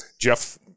Jeff